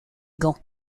gonds